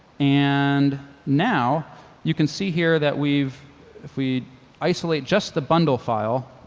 and now you can see here that we've if we isolate just the bundle file,